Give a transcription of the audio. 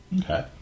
Okay